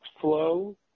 flow